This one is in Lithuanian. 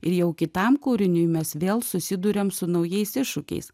ir jau kitam kūriniui mes vėl susiduriam su naujais iššūkiais